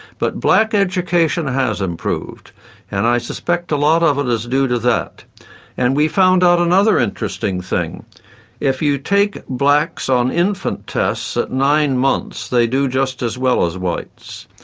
but black education has improved and i suspect a lot of it is due to that and we found out another interesting thing if you take blacks on infant tests at nine months they do just as well as whites.